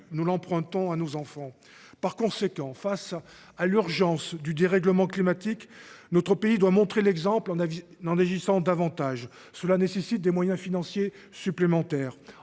nous l’empruntons à nos enfants. » Face à l’urgence du dérèglement climatique, notre pays doit montrer l’exemple en agissant davantage, ce qui nécessite des moyens financiers supplémentaires.